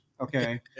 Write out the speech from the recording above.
Okay